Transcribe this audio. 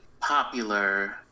popular